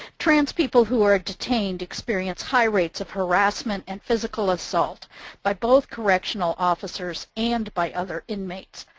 trans people who are detained experience high rates of harassment and physical assault by both correctional officers and by other inmates.